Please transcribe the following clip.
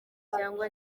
cyangwa